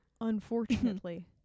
Unfortunately